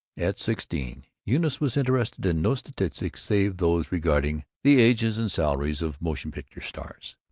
at sixteen eunice was interested in no statistics save those regarding the ages and salaries of motion-picture stars,